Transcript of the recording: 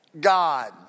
God